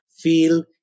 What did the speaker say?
feel